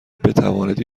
بتوانید